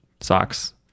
socks